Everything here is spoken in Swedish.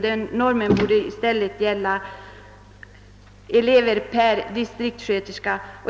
Denna norm borde i stället gälla antalet elever per distriktssköterska.